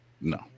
No